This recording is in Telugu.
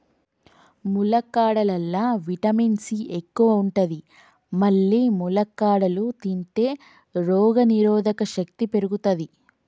ములక్కాడలల్లా విటమిన్ సి ఎక్కువ ఉంటది మల్లి ములక్కాడలు తింటే రోగనిరోధక శక్తి పెరుగుతది